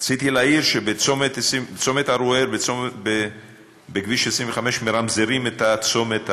רציתי להעיר שבצומת ערוער ובכביש 25 מרמזרים את הצומת,